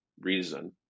reason